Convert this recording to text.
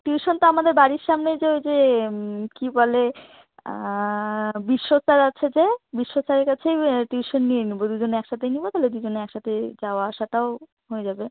tuition তো আমাদের বাড়ির সামনেই যে ওই যে কী বলে বিশ্ব স্যার আছে যে বিশ্ব স্যারের কাছেই টিউশান নিয়ে নেবো দুজন একসাতেই নেবো তাহলে দুজনে একসাথে যাওয়া আসাটাও হয়ে যাবে